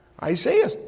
Isaiah